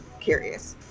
curious